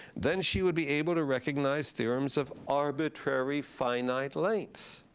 then she would be able to recognize theorems of arbitrary finite lengths.